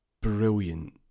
brilliant